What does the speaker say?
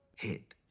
hit.